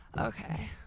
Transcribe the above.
Okay